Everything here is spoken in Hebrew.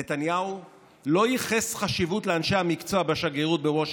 נתניהו לא ייחס חשיבות לאנשי המקצוע בשגרירות בוושינגטון.